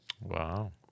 Wow